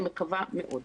אני מקווה מאוד.